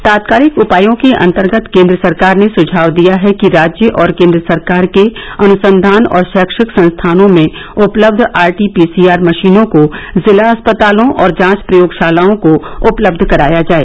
तात्कालिक उपायों के अंतर्गत केन्द्र सरकार ने सुझाव दिया है कि राज्य और केन्द्र सरकार के अनुसंधान और शैक्षिक संस्थानों में उपलब्ध आर टी पीसीआर मशीनों को जिला अस्पतालों और जांच प्रयोगशालाओं को उपलब्ध कराया जाए